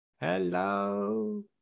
hello